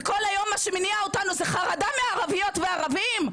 ומה שמניע אותנו כל היום זה חרדה מערביות ומערבים?